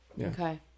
okay